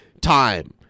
time